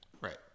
Right